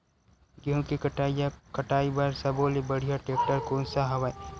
गेहूं के कटाई या कटाई बर सब्बो ले बढ़िया टेक्टर कोन सा हवय?